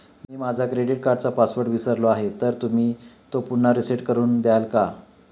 मी माझा क्रेडिट कार्डचा पासवर्ड विसरलो आहे तर तुम्ही तो पुन्हा रीसेट करून द्याल का?